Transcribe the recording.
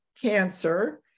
cancer